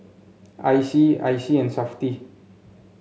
I C I C and Safti